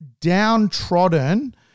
downtrodden